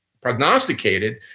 prognosticated